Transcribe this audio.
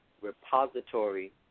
repository